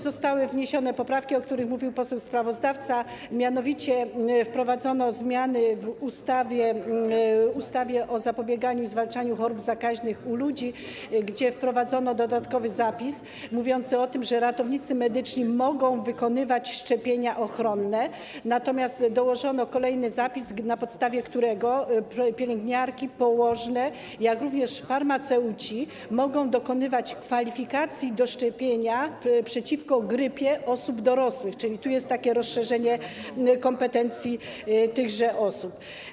Zostały wniesione również poprawki, o których mówił poseł sprawozdawca, mianowicie wprowadzono zmiany w ustawie o zapobieganiu i zwalczaniu chorób zakaźnych u ludzi, gdzie wprowadzono dodatkowy zapis mówiący o tym, że ratownicy medyczni mogą wykonywać szczepienia ochronne, natomiast dołożono kolejny zapis, na podstawie którego pielęgniarki, położne, jak również farmaceuci mogą dokonywać kwalifikacji do szczepienia przeciwko grypie osób dorosłych, czyli tu jest takie rozszerzenie kompetencji tychże osób.